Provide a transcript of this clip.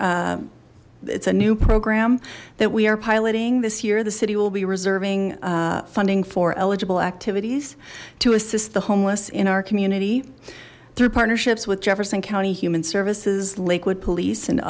activities it's a new program that we are piloting this year the city will be reserving funding for eligible activities to assist the homeless in our community through partnerships with jefferson county human services lakewood police and othe